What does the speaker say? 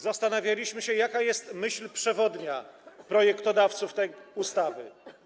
Zastanawialiśmy się, jaka jest myśl przewodnia projektodawców tej ustawy.